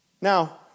Now